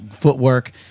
footwork